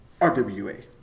RWA